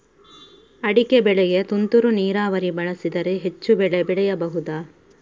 ಅಡಿಕೆ ಬೆಳೆಗೆ ತುಂತುರು ನೀರಾವರಿ ಬಳಸಿದರೆ ಹೆಚ್ಚು ಬೆಳೆ ಬೆಳೆಯಬಹುದಾ?